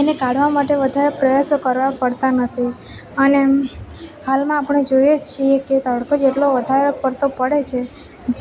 એને કાઢવા માટે વધારે પ્રયાસો કરવા પડતા નથી અને હાલમાં આપણે જોઈએ છીએ કે તડકો જ એટલો વધારે પડતો પડે છે